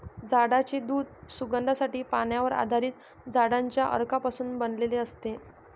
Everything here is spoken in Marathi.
झाडांचे दूध सुगंधासाठी, पाण्यावर आधारित झाडांच्या अर्कापासून बनवलेले असते